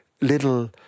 little